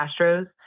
Astros